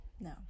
No